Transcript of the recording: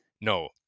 No